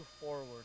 forward